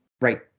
Right